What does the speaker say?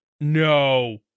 No